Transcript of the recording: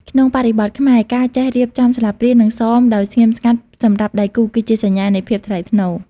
ក្នុងបរិបទខ្មែរ ការចេះរៀបចំស្លាបព្រា និងសមដោយស្ងៀមស្ងាត់សម្រាប់ដៃគូ គឺជាសញ្ញានៃភាពថ្លៃថ្នូរ។